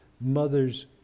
mother's